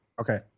Okay